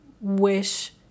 wish